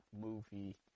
movie